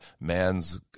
man's